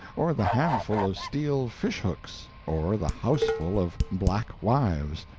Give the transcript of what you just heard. or the handful of steel fish-hooks, or the houseful of black wives,